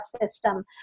system